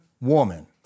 woman